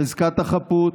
חזקת החפות,